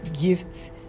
gifts